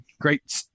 great